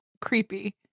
creepy